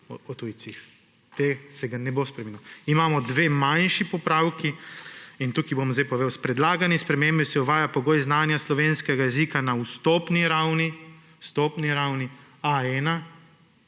o tujcih. To se ne bo spremenilo. Imamo dva manjša popravka in tukaj bom zdaj povedal, »s predlaganjem spremembe se uvaja pogoj znanja slovenskega jezika na vstopni ravni A1